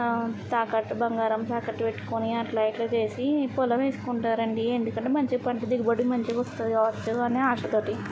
ఆ తాకట్టు బంగారం తాకట్టు పెట్టుకొని అట్లా ఇట్లా చేసి పొలం వేసుకుంటారండీ ఎందుకంటే మంచి పంట దిగుబడి మంచిగా వస్తుంది కదా వస్తుంది అని ఆశతో